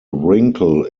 wrinkle